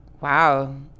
Wow